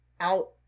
out